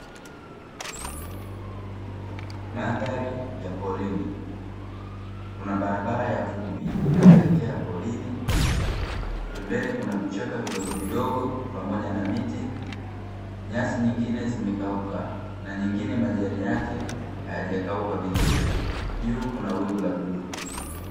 Mandhari ya porini. Kuna barabara ya vumbi inayoelekea porini, pembeni kuna vichaka vidogovidogo pamoja na miti. Nyasi nyingine zimekauka na nyingine majani yake hayajakauka vizuri, juu kuna wingu la bluu.